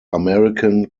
american